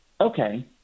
okay